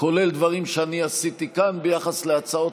כולל דברים שאני עשיתי כאן ביחס להצעות